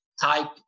type